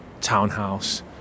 townhouse